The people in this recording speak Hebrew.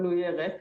אבל הוא יהיה ריק.